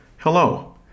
Hello